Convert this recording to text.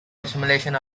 assimilation